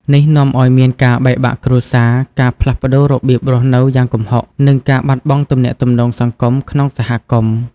នេះនាំឱ្យមានការបែកបាក់គ្រួសារ ការផ្លាស់ប្តូររបៀបរស់នៅយ៉ាងគំហុក និងការបាត់បង់ទំនាក់ទំនងសង្គមក្នុងសហគមន៍។